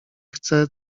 chcę